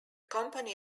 company